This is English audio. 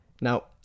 Now